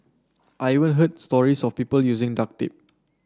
I even heard stories of people using duct tape